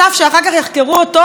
איפה נשמע כדבר הזה?